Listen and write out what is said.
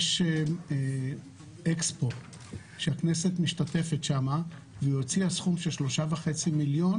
יש אקספו שהכנסת משתתפת שם והיא הוציאה סכום של 3.5 מיליון,